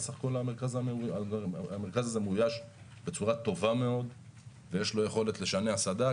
סך הכול המרכז הזה מאויש בצורה טובה מאוד ויש לו יכולת לשנע סד"כ,